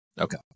Okay